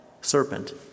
serpent